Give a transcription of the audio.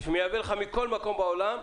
-- מכל מקום בעולם,